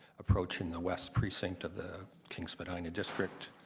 approaching the west precinct of the king spadina district.